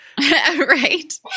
right